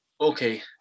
okay